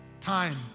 time